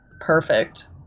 perfect